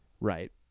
right